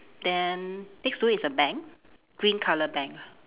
then next to is a bank green colour bank